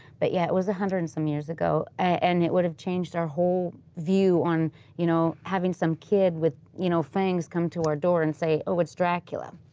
but yet it was one hundred and some years ago, and it would have changed our whole view on you know having some kid with you know fangs come to our door and saying, oh, it's dracula.